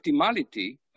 optimality